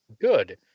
Good